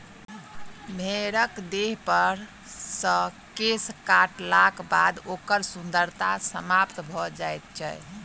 भेंड़क देहपर सॅ केश काटलाक बाद ओकर सुन्दरता समाप्त भ जाइत छै